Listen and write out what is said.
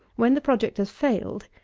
when the project has failed,